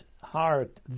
heart